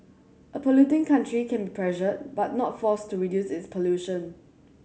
a polluting country can be pressured but not forced to reduce its pollution